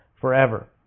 forever